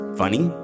funny